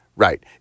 Right